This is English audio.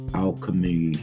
alchemy